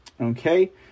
Okay